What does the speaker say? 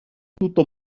tutto